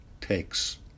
takes